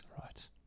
Right